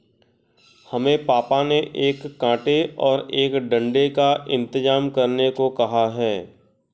हमें पापा ने एक कांटे और एक डंडे का इंतजाम करने को कहा है